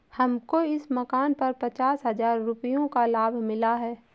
हमको इस मकान पर पचास हजार रुपयों का लाभ मिला है